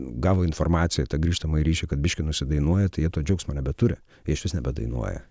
gavo informaciją tą grįžtamąjį ryšį kad biškį nusidainuoja tai jie to džiaugsmo nebeturi jie išvis nebedainuoja